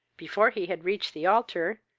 before he had reached the altar,